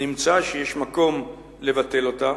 נמצא שיש מקום לבטל אותה,